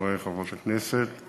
חברי וחברות הכנסת,